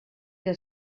que